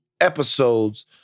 episodes